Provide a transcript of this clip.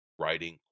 writing